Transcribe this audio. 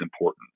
important